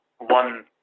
one